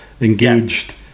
engaged